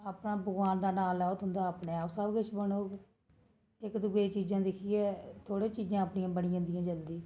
अपना भगवान दा नां लैओ तुं'दा अपने आप सब किश बनग इक दुए दी चीजां दिक्खियै थोह्ड़े चीजां अपनियां बनी जंदियां जल्दी